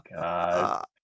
God